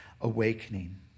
awakening